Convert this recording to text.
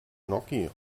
gnocchi